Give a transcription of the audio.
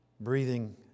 Breathing